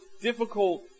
difficult